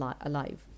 alive